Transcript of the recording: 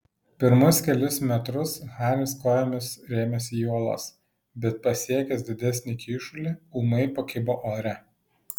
pirmus kelis metrus haris kojomis rėmėsi į uolas bet pasiekęs didesnį kyšulį ūmai pakibo ore